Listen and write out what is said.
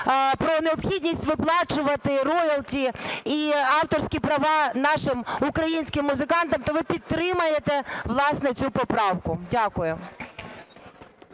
про необхідність виплачувати роялті і авторські права нашим українським музикантам, то ви підтримаєте, власне, цю поправку. Дякую.